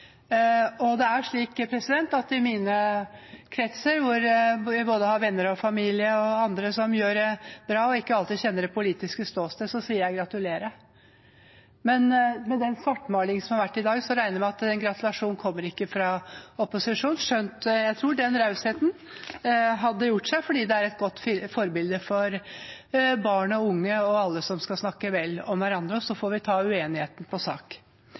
Folkeparti. Det er slik at i mine kretser, hvor jeg både har venner og familie og andre som gjør det bra, og som jeg ikke alltid kjenner det politiske ståstedet til, så sier jeg gratulerer. Men med den svartmalingen som har vært i dag, regner jeg med at den gratulasjonen ikke kommer fra opposisjonen. Skjønt jeg tror den rausheten hadde gjort seg, for det er et godt forbilde for barn og unge og alle at man snakker vel om hverandre, og så får vi ta uenigheten på sak.